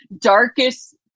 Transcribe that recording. darkest